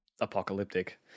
apocalyptic